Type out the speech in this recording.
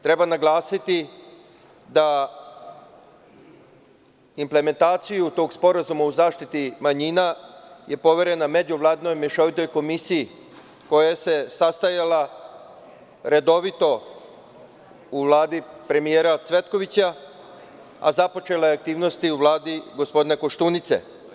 Treba naglasiti da je implementacija tog sporazuma u zaštiti manjina poverena Međuvladinoj mešovitoj komisiji, koja se sastajala redovno u Vladi premijera Cvetkovića, a započela je aktivnosti u Vladi gospodina Koštunice.